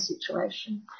situation